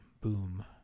boom